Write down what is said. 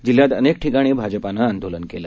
जिल्ह्यात अनेक ठिकाणी भाजपानं आंदोलन केलं